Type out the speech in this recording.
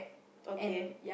okay